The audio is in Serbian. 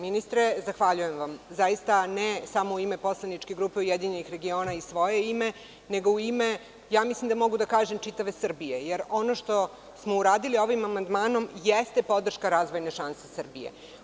Ministre, zahvaljujem vam zaista ne samo u ime poslaničke grupe URS i svoje ime, nego u ime čini mi se da mogu da kažem čitave Srbije, jer ono što smo uradili ovim amandmanom jeste podrška razvojne šanse Srbije.